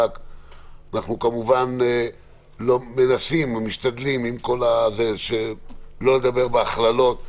אנחנו כמובן מנסים, משתדלים שלא לדבר בהכללות.